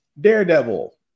Daredevil